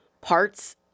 parts